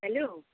hello